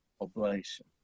oblation